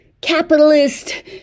capitalist